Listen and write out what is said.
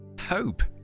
Hope